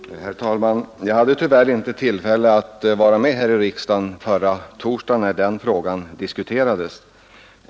Herr talman! Jag hade tyvärr inte tillfälle att vara med här i riksdagen förra torsdagen, när den frågan diskuterades.